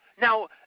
Now